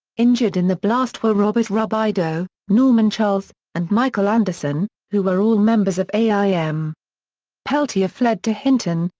injured in the blast were robert robideau, norman charles, and michael anderson, who were all members of aim. peltier fled to hinton,